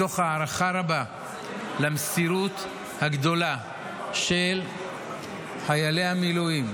מתוך הערכה רבה למסירות הגדולה של חיילי המילואים,